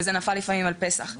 וזה נפל לפעמים על פסח.